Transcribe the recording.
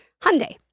Hyundai